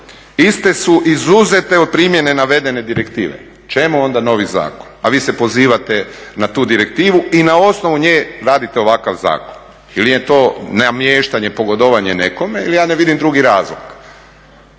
iste su izuzete od primjene navedene direktive. Čemu onda novi zakon? A vi se pozivate na tu direktivu i ona osnovu nje radite ovakav zakon ili je to namještanje pogodovanje nekome ili ja ne vidim drugi razlog?